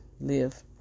live